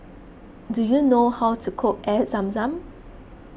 do you know how to cook Air Zam Zam